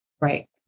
right